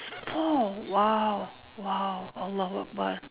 four !wow! !wow! allahu akbar